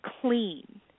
clean